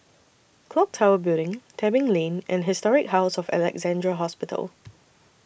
Clock Tower Building Tebing Lane and Historic House of Alexandra Hospital